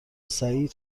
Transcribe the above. سعید